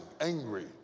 angry